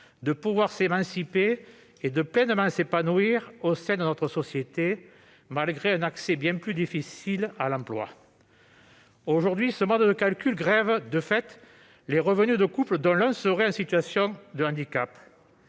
de pouvoir s'émanciper et de pleinement s'épanouir au sein de notre société, malgré un accès bien plus difficile à l'emploi. Aujourd'hui, ce mode de calcul grève, de fait, les revenus de couples dont un des membres serait en situation de handicap.